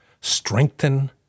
strengthen